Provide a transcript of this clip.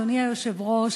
אדוני היושב-ראש,